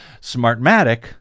Smartmatic